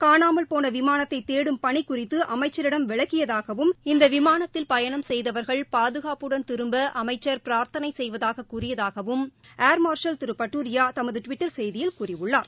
காணாமல்போனவிமானத்தைதேடும் பணிகுறித்துஅமைச்சரிடம் விளக்கியதாகவும் இந்தவிமானத்தில் பயணித்தவர்கள் பாதகாப்புடன்திரும்பஅமைச்சர் பிராத்திப்பதாகவும் கூறியதாகஏர்மார்ஷல் திருபட்டூரியாதமதுடுவிட்டர் செய்தியில் கூறியுள்ளார்